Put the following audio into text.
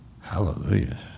Hallelujah